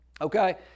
Okay